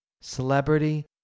celebrity